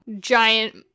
Giant